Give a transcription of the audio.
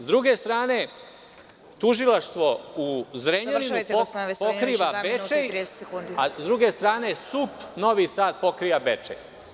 S druge strane, tužilaštvo u Zrenjaninu pokriva Bečej, a sa druge strane SUP Novi Sad pokriva Bečej.